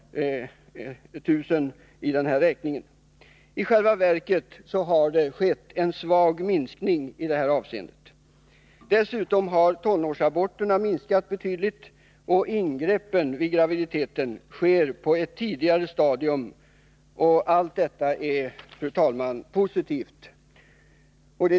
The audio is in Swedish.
I själva verket har det skett en svag minskning i det här avseendet. Dessutom har tonårsaborterna minskat betydligt, och ingreppen sker på ett tidigare stadium under graviditeten. Allt detta är positivt.